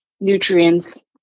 nutrients